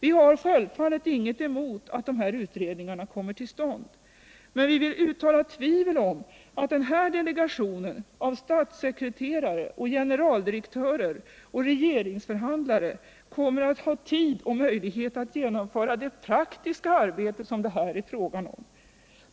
Vi har 51 självfallet inget emot att dessa utredningar kommer till stånd. Men vi vill uttala tvivel om att denna delegation av statssekreterare, generaldirektörer och regeringsförhandlare kommer att ha tid och möjlighet att genomföra det praktiska arbete som det här är fråga om.